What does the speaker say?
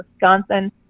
Wisconsin